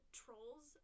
trolls